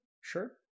sure